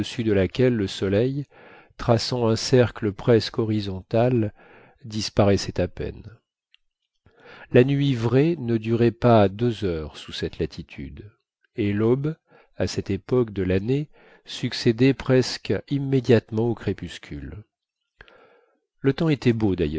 de laquelle le soleil traçant un cercle presque horizontal disparaissait à peine la nuit vraie ne durait pas deux heures sous cette latitude et l'aube à cette époque de l'année succédait presque immédiatement au crépuscule le temps était beau